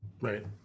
Right